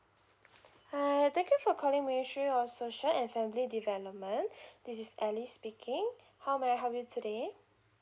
hi thank you for calling ministry of social and family development this is ellie speaking how may I help you today